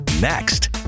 next